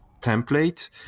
template